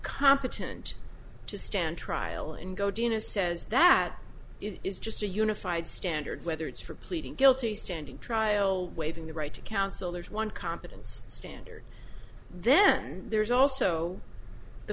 competent to stand trial and godinez says that it is just a unified standard whether it's for pleading guilty standing trial waiving the right to counsel there's one competence standard then there's also the